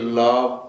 love